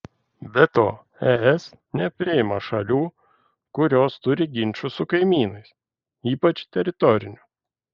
be to es nepriima šalių kurios turi ginčų su kaimynais ypač teritorinių